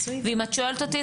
ואם את שואלת אותי,